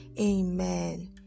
Amen